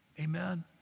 Amen